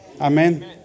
Amen